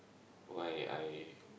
why I